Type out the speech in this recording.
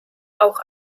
auch